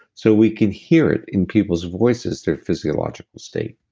so we can hear it in people's voices, their physiological state.